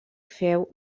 feu